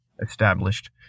established